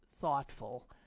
thoughtful